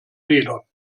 federn